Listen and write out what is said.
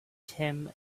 tim